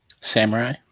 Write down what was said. samurai